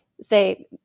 say